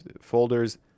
folders